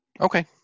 Okay